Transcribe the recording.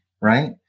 right